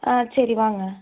ஆ சரி வாங்க